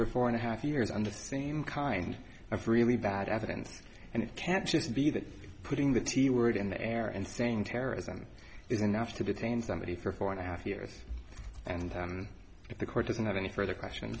for four and a half years under the same kind of really bad evidence and it can't just be that putting the t word in the air and saying terrorism is enough to detain somebody for four and a half years and if the court doesn't have any further question